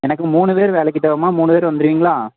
எனக்கு மூணு பேர் வேலைக்கு தேவை மா மூணு பேர் வந்துவிடுவீங்களா